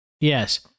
Yes